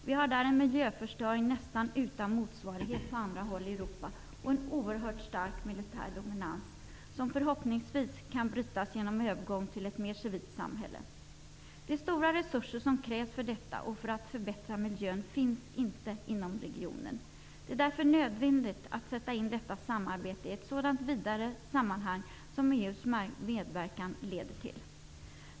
Vi har där en miljöförstöring nästan utan motsvarighet på andra håll i Europa och en oerhört stark militär dominans, som förhoppningsvis kan brytas genom en övergång till ett mer civilt samhälle. De stora resurser som krävs för detta och för att förbättra miljön finns inte inom regionen. Det är därför nödvändigt att sätta in detta samarbete i ett sådant vidare sammanhang som EU:s medverkan leder till.